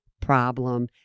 problem